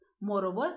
Moreover